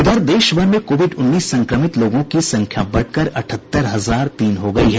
इधर देश भर में कोविड उन्नीस संक्रमित लोगों की संख्या बढ़कर अठहत्तर हजार तीन हो गयी है